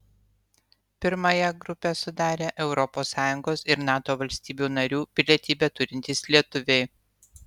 pirmąją grupę sudarę europos sąjungos ir nato valstybių narių pilietybę turintys lietuviai